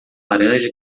laranja